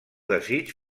desig